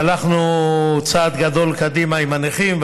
הלכנו צעד גדול קדימה עם הנכים,